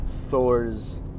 Thor's